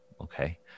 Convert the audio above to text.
Okay